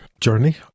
journey